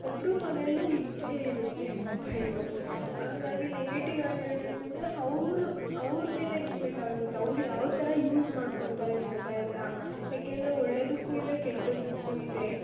ಒಬ್ಬರು ಮನೇಲೂ ಇದ್ದೇ ಇರುತ್ತೆ ಮೊಬೈಲು ಹಂಗಾಗಿ ನೆಗೆಟಿವಾಗಿ ಹೇಳ್ಬೇಕು ಅಂದರೆ ಅವ್ರ ಅವ್ರ ಮೇಲೆ ಡಿಪೆಂಡ್ ಆಗಿರುತ್ತೆ ಅವ್ರ ಯಾವ ಥರ ಯೂಸ್ ಮಾಡ್ಕೊತಾರೆ ಮೊಬೈಲನ್ನ ಏಕೆಂದರೆ ಒಳ್ಳೆಯದಕ್ಕೂ ಇದೆ ಕೆಟ್ಟದ್ದಕ್ಕೂ ಇದೆ